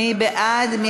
מי בעד?